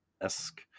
esque